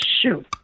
shoot